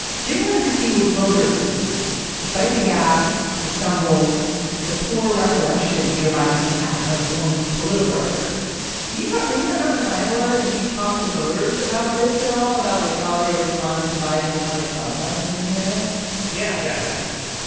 jim wanted to see what voters see despite the gaffes the stumbles the poor recollection joe biden can have of his own political record did you start when you were out in iowa. did you talk to voters about this at all about like how they responded to biden and how they thought about him as a candidate yeah yeah definitely.